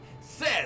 says